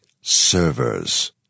servers